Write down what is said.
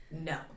No